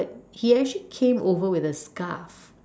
but he actually came over with a scarf